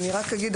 אני רק אגיד,